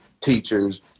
teachers